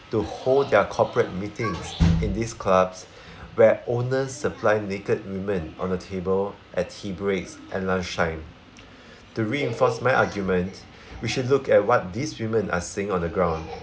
to hold their corporate meetings in these clubs where owners supply naked women on a table at tea breaks and lunchtime to reinforce my argument we should look at what these women are seeing on the ground